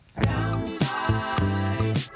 Downside